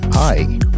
Hi